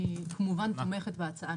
אני כמובן תומכת בהצעה.